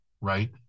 right